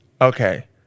Okay